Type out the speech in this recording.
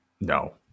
No